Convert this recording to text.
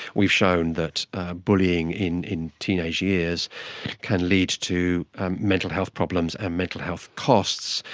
we've shown that bullying in in teenage years can lead to mental health problems and mental health costs,